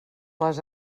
les